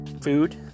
food